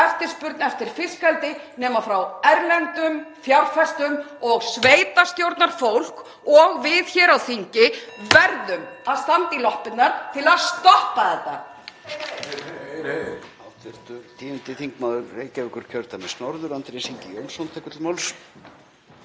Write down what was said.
eftirspurn eftir fiskeldi nema frá erlendum fjárfestum. (Forseti hringir.) Sveitarstjórnarfólk og við hér á þingi verðum að standa í lappirnar til að stoppa þetta.